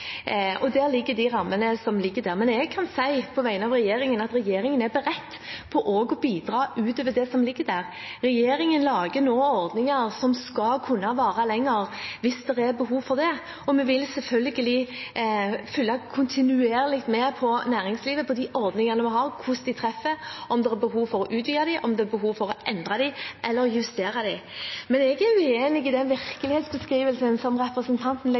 og der ligger de rammene som ligger der. Men jeg kan si på vegne av regjeringen at regjeringen er beredt til å bidra også utover det som ligger der. Regjeringen lager nå ordninger som skal kunne vare lenger hvis det er behov for det, og vi vil selvfølgelig følge kontinuerlig med på næringslivet og de ordningene vi har – hvordan de treffer, om det er behov for å utvide dem, og om det er behov for å endre dem eller justere dem. Jeg er uenig i den virkelighetsbeskrivelsen som representanten